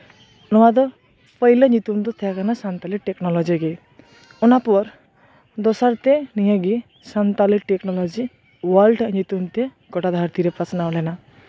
ᱱᱚᱶᱟ ᱫᱚ ᱯᱳᱭᱞᱳ ᱧᱩᱛᱩᱢ ᱫᱚ ᱛᱟᱦᱮᱸ ᱠᱟᱱᱟ ᱥᱟᱱᱛᱟᱞᱤ ᱴᱮᱠᱱᱳᱞᱚᱡᱤ ᱜᱮ ᱚᱱᱟᱯᱚᱨ ᱫᱚᱥᱟᱨ ᱛᱮ ᱱᱤᱭᱟᱹᱜᱮ ᱥᱟᱱᱛᱟᱞᱤ ᱴᱮᱠᱱᱳᱞᱚᱡᱤ ᱳᱟᱨᱞᱰ ᱧᱩᱛᱩᱢ ᱛᱮ ᱜᱳᱴᱟ ᱫᱷᱟᱨᱛᱤ ᱛᱮ ᱯᱟᱥᱱᱟᱣ ᱞᱮᱱᱟ